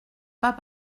pas